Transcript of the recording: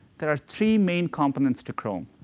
there are three main components to chrome.